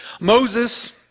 Moses